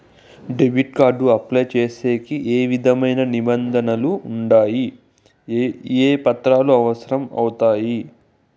Debit card apply సేసేకి ఏ విధమైన నిబంధనలు ఉండాయి? ఏ పత్రాలు అవసరం అవుతాయి?